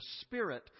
Spirit